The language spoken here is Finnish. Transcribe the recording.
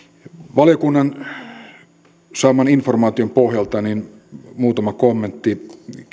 valiokunnan saaman informaation pohjalta muutama kommentti